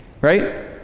Right